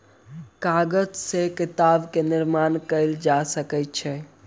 कागज से किताब के निर्माण कयल जा सकै छै